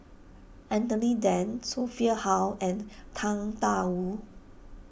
Anthony then Sophia Hull and Tang Da Wu